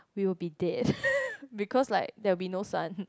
we will be dead because like there will be no sun